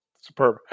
Superb